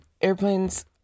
airplanes